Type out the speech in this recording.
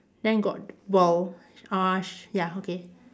then got ball uh sh~ ya okay